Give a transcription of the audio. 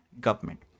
government